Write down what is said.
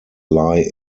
lie